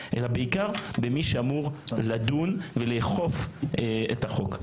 אלא בעיקר במי שאמור לדון ולאכוף את החוק.